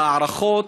אלה הערכות.